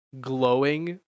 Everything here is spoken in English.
glowing